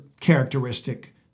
characteristic